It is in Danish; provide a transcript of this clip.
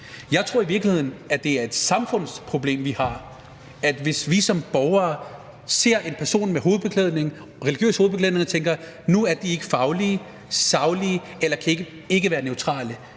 jeg i virkeligheden tror, at det er et samfundsproblem, vi har, hvis vi som borgere ser en person med religiøs hovedbeklædning og tænker, at nu er de ikke faglige og saglige, eller at de ikke kan være neutrale.